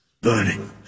Burning